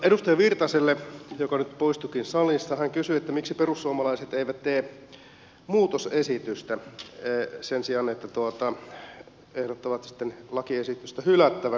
edustaja virtanen joka nyt poistuikin salista kysyi miksi perussuomalaiset eivät tee muutosesitystä sen sijaan että ehdottavat sitten lakiesitystä hylättäväksi